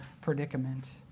predicament